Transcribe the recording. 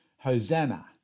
Hosanna